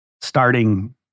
starting